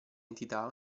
entità